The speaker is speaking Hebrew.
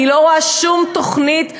זה קשור לחינוך, אני לא רואה שום תוכנית חדשה,